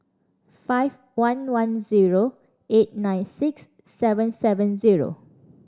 five one one zero eight nine six seven seven zero